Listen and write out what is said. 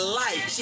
life